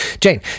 Jane